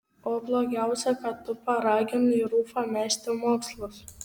o blogiausia kad tu paraginai rufą mesti mokslus